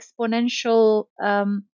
Exponential